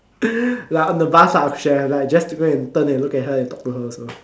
like on the bus I should have like just go and turn and look at her and talk to her also